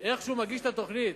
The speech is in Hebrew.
איך שהוא מגיש את התוכנית,